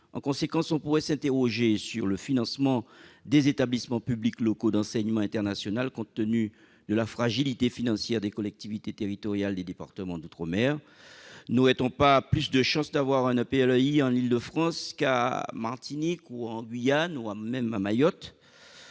En conséquence, on peut s'interroger sur le financement des établissements publics locaux d'enseignement international, compte tenu de la fragilité financière des collectivités territoriales des départements d'outre-mer. N'aurait-on pas plus de chances d'avoir des EPLEI en Île-de-France qu'en Martinique, en Guyane ou à Mayotte